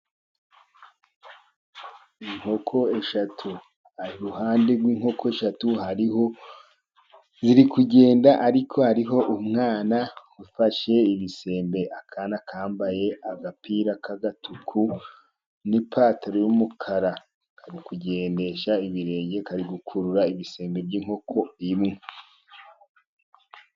Inkoko eshatu, Aho iruhande rw'inkoko eshatu hariho, ziri kugenda ariko hariho umwana ufashe ibisembe. Akana kambaye agapira k'agatuku n'ipantaro y'umukara kari kugendesha ibirenge, kari gukurura ibisembe by'inkoko imwe.